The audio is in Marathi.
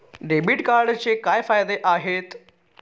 डेबिट कार्डचे काय फायदे आहेत?